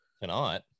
tonight